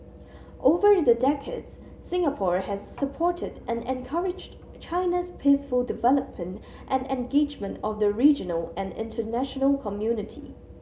over the decades Singapore has supported and encouraged China's peaceful development and engagement of the regional and international community